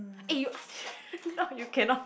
eh you asked him now you cannot